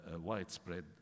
widespread